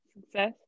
Success